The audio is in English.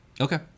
Okay